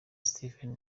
steven